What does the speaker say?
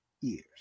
years